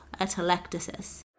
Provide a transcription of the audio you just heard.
atelectasis